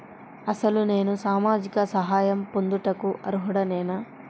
అసలు నేను సామాజిక సహాయం పొందుటకు అర్హుడనేన?